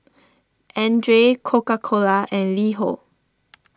Andre Coca Cola and LiHo